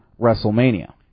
WrestleMania